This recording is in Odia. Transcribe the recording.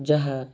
ଯାହା